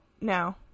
no